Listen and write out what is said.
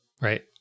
right